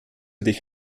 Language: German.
dich